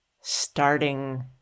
starting